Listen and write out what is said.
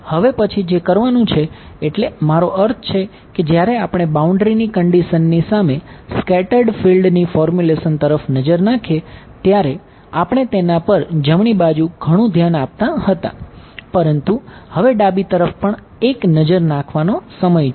હવે પછી જે કરવાનું છે એટ્લે મારો અર્થ એ છે કે જ્યારે આપણે બાઉન્ડ્રીની કન્ડિશન ની સામે સ્કેટર્ડ ફિલ્ડ ની ફોર્મ્યુલેશન તરફ નજર નાખીએ ત્યારે આપણે તેના પર જમણી બાજુ ઘણું ધ્યાન આપતા હતા પરંતુ હવે ડાબી તરફ પણ એક નજર કરવાનો સમય છે